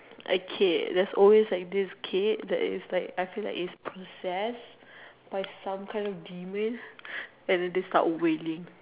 a kid there's always like this kid that is like I feel like his possessed by some kind of demon and then they start whaling